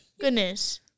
Goodness